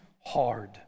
hard